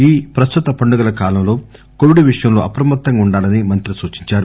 ఈ ప్రస్తుత పండుగల కాలంలో కోవిడ్ విషయంలో అప్రమత్తంగా వుండాలని మంత్రి సూచించారు